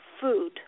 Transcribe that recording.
food